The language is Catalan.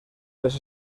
les